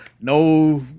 no